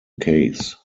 case